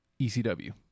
ECW